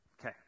Okay